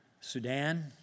Sudan